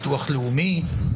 ביטוח לאומי.